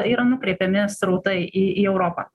yra nukreipiami srautai į į europą